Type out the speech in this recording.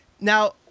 Now